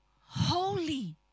holy